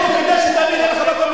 לדבר.